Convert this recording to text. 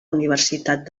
universitat